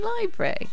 library